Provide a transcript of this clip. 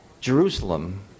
Jerusalem